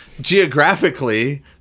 geographically